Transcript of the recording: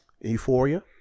euphoria